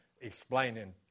explaining